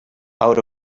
out